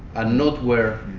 and not where